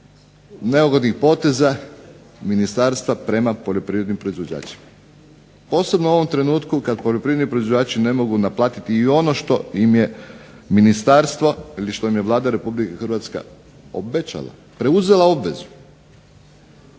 neodgovornih poteza ministarstva prema poljoprivrednim proizvođačima. Posebno u ovom trenutku kada poljoprivredni proizvođači ne mogu naplatiti i ono što im je vlada Republike Hrvatske obećala, preuzela obvezu.